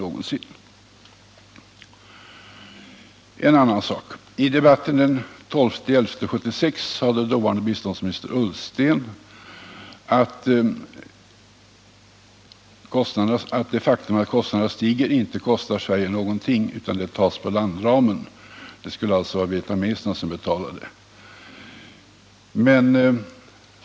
Ytterligare en sak: I debatten den 12 november 1976 sade dåvarande biståndsministern Ullsten att det faktum att kostnaderna stigit icke drabbar Sverige, utan att det tas på landramen. Det skulle alltså vara vietnameserna som betalade.